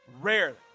Rarely